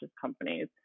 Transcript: companies